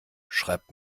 schreibt